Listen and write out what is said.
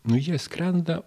nu jie skrenda